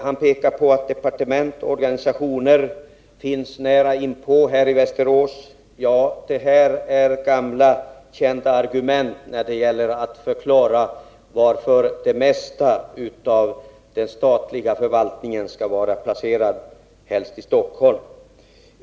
Han pekar på att departement och organisationer finns nära inpå i Stockholm. Ja, det är ett gammalt känt argument när det gäller att förklara varför det mesta av den statliga förvaltningen helst skall vara placerad i Stockholm.